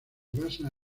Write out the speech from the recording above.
basa